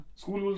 school